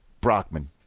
Brockman